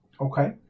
Okay